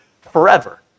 forever